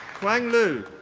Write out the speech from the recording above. huang lue.